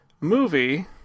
movie